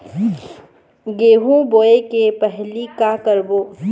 गेहूं बोए के पहेली का का करबो?